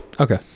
Okay